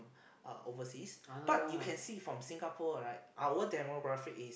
uh overseas but you can see from Singapore right our demographic is